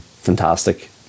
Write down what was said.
fantastic